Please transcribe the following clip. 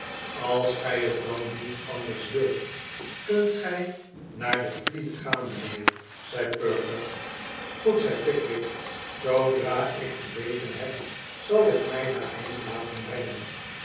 als gij het dan niet anders wilt kunt gij naar de fleet gaan mijnheer zei perker goed zei pickwick t zoodra ik ontbeten heb zal ik mij daarheen laten brengen